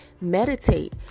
Meditate